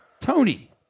Tony